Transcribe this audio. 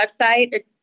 website